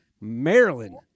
Maryland